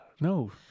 No